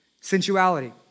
Sensuality